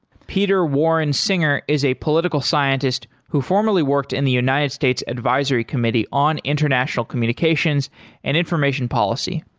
peter warren singer is a political scientist who formerly worked in the united states advisory committee on international communications and information policy.